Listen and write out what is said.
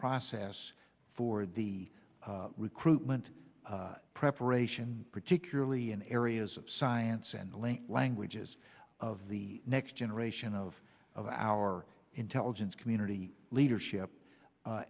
process for the recruitment preparation particularly in areas of science and link languages of the next generation of of our intelligence community leadership